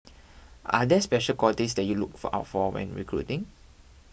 are there special qualities that you look for out for when recruiting